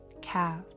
calf